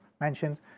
mentioned